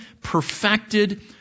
perfected